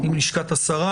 עם לשכת השרה,